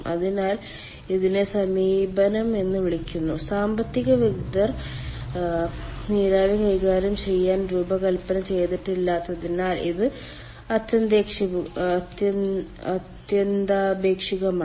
അതിനാൽ ഇതിനെ സമീപനം എന്ന് വിളിക്കുന്നു സാമ്പത്തിക വിദഗ്ധർ നീരാവി കൈകാര്യം ചെയ്യാൻ രൂപകൽപ്പന ചെയ്തിട്ടില്ലാത്തതിനാൽ ഇത് അത്യന്താപേക്ഷിതമാണ്